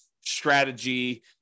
strategy